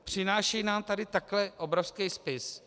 Přináší nám tady takhle obrovský spis.